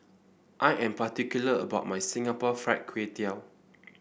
I am particular about my Singapore Fried Kway Tiao